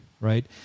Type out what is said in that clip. Right